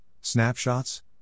snapshots